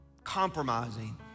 Compromising